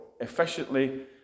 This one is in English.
efficiently